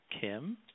Kim